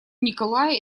николая